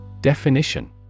Definition